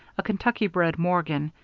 a kentucky-bred morgan,